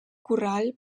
corral